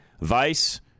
Vice